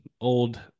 old